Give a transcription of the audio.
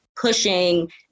pushing